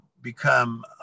become